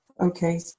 Okay